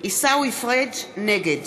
נגד